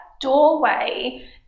doorway